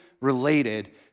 related